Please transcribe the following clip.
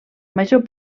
major